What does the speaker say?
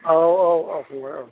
औ औ औ फंबाय औ